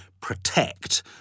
protect